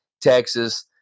Texas